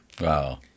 Wow